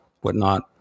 whatnot